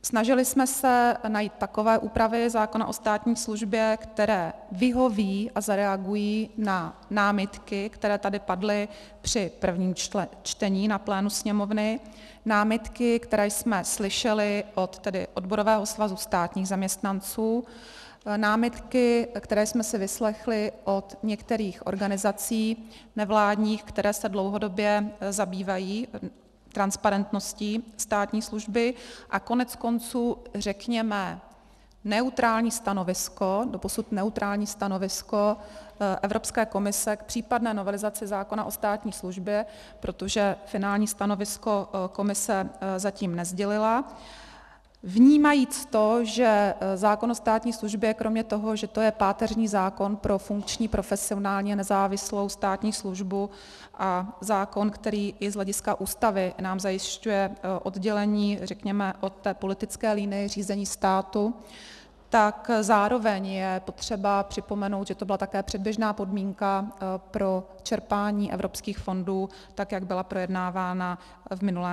Snažili jsme se najít takové úpravy zákona o státní službě, které vyhoví a zareagují na námitky, které tady padly při prvním čtení na plénu Sněmovny, námitky, které jsme slyšeli od odborového svazu státních zaměstnanců, námitky, které jsme si vyslechli od některých nevládních organizací, které se dlouhodobě zabývají transparentností státní služby, a koneckonců řekněme neutrální stanovisko, doposud neutrální stanovisko Evropské komise k případné novelizaci zákona o státní službě, protože finální stanovisko Komise zatím nesdělila, vnímajíc to, že zákon o státní službě kromě toho, že to je páteřní zákon pro funkční, profesionálně nezávislou státní službu, a zákon, který i z hlediska Ústavy nám zajišťuje oddělení, řekněme, od té politické linie řízení státu, tak zároveň je potřeba připomenout, že to byla také předběžná podmínka pro čerpání evropských fondů, tak jak byla projednávána v minulém funkčním období.